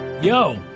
Yo